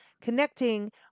connecting